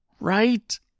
Right